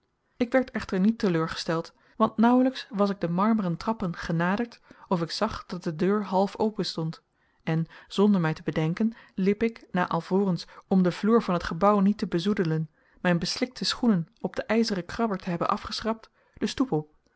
ik werd echter niet teleurgesteld want nauwelijks was ik de marmeren trappen genaderd of ik zag dat de deur half openstond en zonder mij te bedenken liep ik na alvorens om den vloer van het gebouw niet te bezoedelen mijn beslikte schoenen op den ijzeren krabber te hebben afgeschrapt de stoep